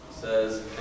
says